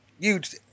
huge